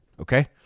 Okay